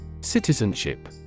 Citizenship